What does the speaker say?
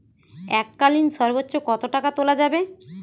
এককালীন সর্বোচ্চ কত টাকা তোলা যাবে?